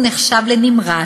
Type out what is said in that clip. הוא נחשב לנמרץ,